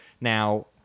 Now